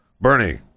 Bernie